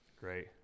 great